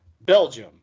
Belgium